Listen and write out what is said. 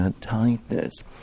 tightness